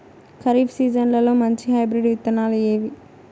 ఖరీఫ్ సీజన్లలో మంచి హైబ్రిడ్ విత్తనాలు ఏవి